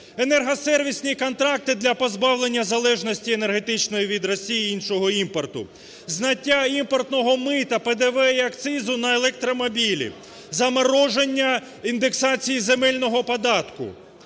енергосервісні контракти для позбавлення залежності енергетичної від Росії і іншого імпорту; зняття імпортного мита, ПДВ і акцизу на електромобілі; замороження індексації земельного податку;